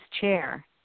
Chair